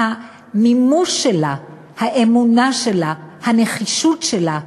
המימוש שלה, האמונה שלה, הנחישות שלה,